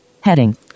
heading